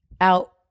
out